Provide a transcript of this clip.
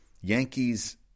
Yankees